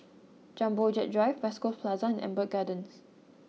Jumbo Jet Drive West Coast Plaza Amber Gardens